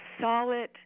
solid